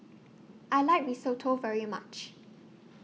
I like Risotto very much